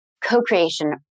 co-creation